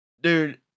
Dude